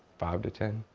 five to ten.